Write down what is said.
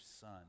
son